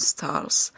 Stars